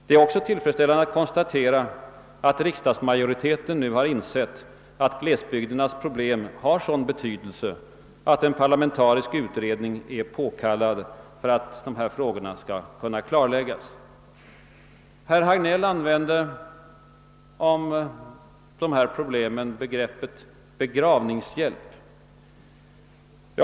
Det är också tillfredsställande att konstatera att riksdagsmajoriteten nu har insett att glesbygdernas problem har sådan betydelse att en särskild parlamentarisk utredning är påkallad för att dessa frågor skall kunna klarläggas. gravningshjälp» när han talade om detta problem.